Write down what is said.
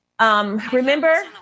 remember